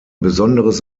besonderes